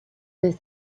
this